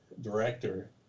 director